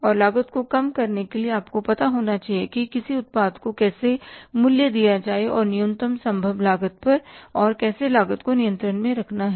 और लागत को कम करने के लिए आपको पता होना चाहिए कि किसी उत्पाद को कैसे मूल्य दिया जाए न्यूनतम संभव लागत पर और कैसे लागत को नियंत्रण में रखना है